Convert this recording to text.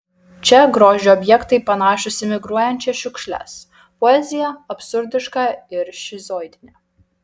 čia grožio objektai panašūs į migruojančias šiukšles poezija absurdiška ir šizoidinė